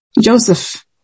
Joseph